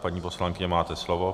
Paní poslankyně, máte slovo.